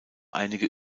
einige